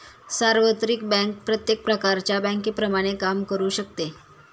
सार्वत्रिक बँक प्रत्येक प्रकारच्या बँकेप्रमाणे काम करू शकते